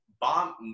Bomb